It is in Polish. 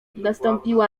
nastąpiła